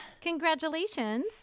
Congratulations